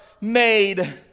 made